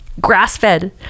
grass-fed